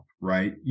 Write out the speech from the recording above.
Right